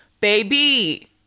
baby